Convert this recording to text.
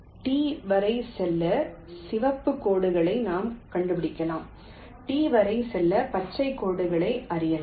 T வரை செல்ல சிவப்பு கோடுகளை நாம் கண்டுபிடிக்கலாம் T வரை செல்ல பச்சை கோடுகளை அறியலாம்